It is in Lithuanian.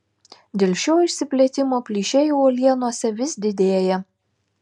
dėl šio išsiplėtimo plyšiai uolienose vis didėja